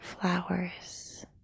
flowers